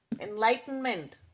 enlightenment